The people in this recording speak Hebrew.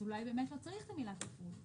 אז אולי באמת לא צריך את המילה תפעול.